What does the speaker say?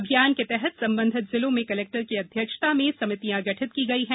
अभियान के तहत संबंधित जिलों में कलेक्टर की अध्यक्षता में समितियाँ गठित की गई हैं